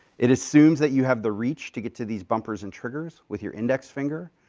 it assumes that you have the reach to get to these bumpers and triggers with your index finger,